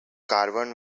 caravan